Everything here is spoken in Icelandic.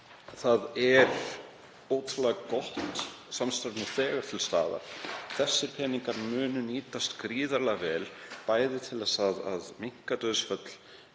Það er því ótrúlega gott samstarf nú þegar til staðar. Þessir peningar munu nýtast gríðarlega vel, bæði til að fækka dauðsföllum